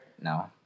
No